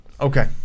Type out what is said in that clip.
okay